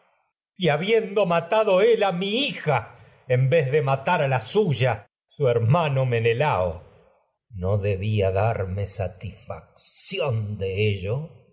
y habiendo ma a mi hija en vez de matar a la suya su herma no menelao no debía darme satisfacción de ello